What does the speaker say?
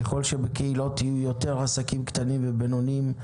ככל שבקהילות יהיו יותר עסקים קטנים ובינוניים,